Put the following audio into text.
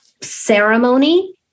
ceremony